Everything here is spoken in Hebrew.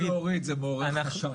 ברגע שביקשו להוריד, זה מעורר חשד.